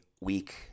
week